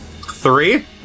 Three